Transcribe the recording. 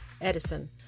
Edison